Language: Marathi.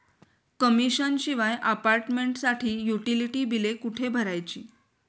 कमिशन शिवाय अपार्टमेंटसाठी युटिलिटी बिले कुठे भरायची?